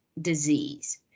disease